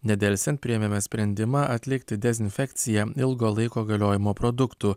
nedelsiant priėmėme sprendimą atlikti dezinfekciją ilgo laiko galiojimo produktų